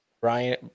Brian